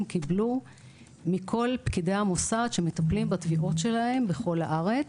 קיבלו מכל פקידי המוסד שמטפלים בתביעות שלהם בכל הארץ,